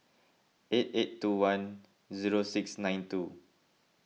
eight eight two one zero six nine two